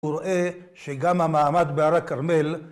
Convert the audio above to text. ‫הוא רואה שגם המעמד בהר הכרמל...